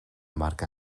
marca